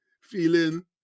feeling